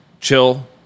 chill